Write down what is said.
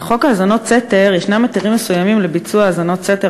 בחוק האזנות סתר יש היתרים מסוימים לביצוע האזנות סתר